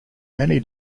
many